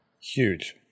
huge